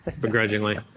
begrudgingly